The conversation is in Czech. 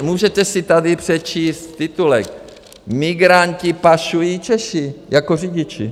Můžete si tady přečíst titulek: Migranty pašují Češi jako řidiči.